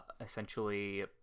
essentially